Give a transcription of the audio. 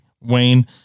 Wayne